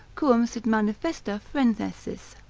quum sit manifesta phrenesis,